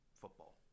football